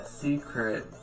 secret